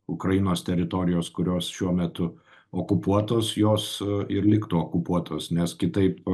ukrainos teritorijos kurios šiuo metu okupuotos jos ir liktų okupuotos nes kitaip